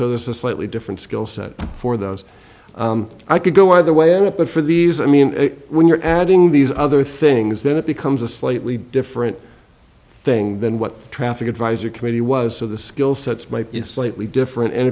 so there's a slightly different skill set for those i could go either way on it but for these i mean when you're adding these other things then it becomes a slightly different thing than what the traffic advisory committee was so the skill sets might be slightly different and